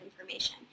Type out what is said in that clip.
information